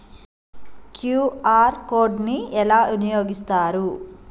QR code ని ఎలా వినియోగిస్తారు?